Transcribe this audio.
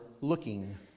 looking